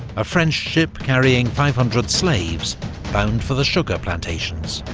a french ship carrying five hundred slaves bound for the sugar plantations.